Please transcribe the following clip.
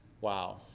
wow